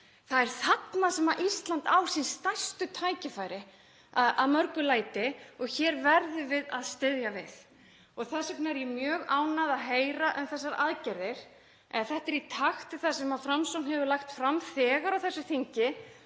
það þarna sem Ísland á sín stærstu tækifæri að mörgu leyti og hér verðum við að styðja við. Þess vegna er ég mjög ánægð að heyra um þessar aðgerðir en þetta er í takt við það sem Framsókn hefur lagt fram. Þegar á þessu þingi